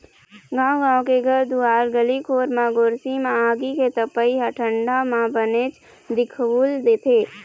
गाँव गाँव के घर दुवार गली खोर म गोरसी म आगी के तपई ह ठंडा म बनेच दिखउल देथे